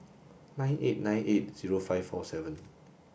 nine eight nine eight zero five four seven